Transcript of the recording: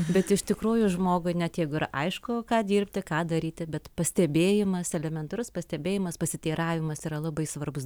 bet iš tikrųjų žmogui net jeigu ir aišku ką dirbti ką daryti bet pastebėjimas elementarus pastebėjimas pasiteiravimas yra labai svarbus